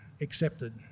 accepted